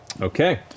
Okay